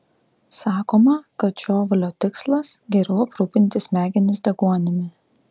sakoma kad žiovulio tikslas geriau aprūpinti smegenis deguonimi